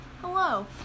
Hello